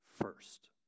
first